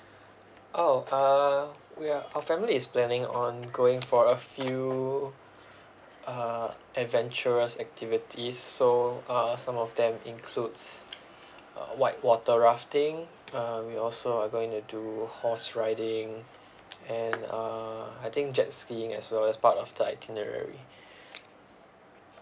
oh uh we are our family is planning on going for a few uh adventurous activities so uh some of them includes uh white water rafting uh we also are going to do horse riding and uh I think jet skiing as well as part of the itinerary